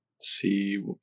see